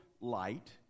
light